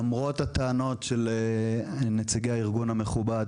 למרות הטענות של נציגי הארגון המכובד,